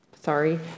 sorry